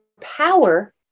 power